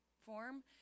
form